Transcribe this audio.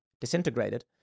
disintegrated